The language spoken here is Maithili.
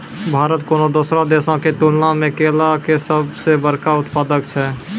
भारत कोनो दोसरो देशो के तुलना मे केला के सभ से बड़का उत्पादक छै